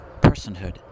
personhood